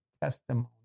testimony